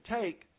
take